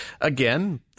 again